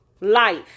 life